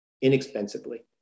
inexpensively